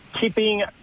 keeping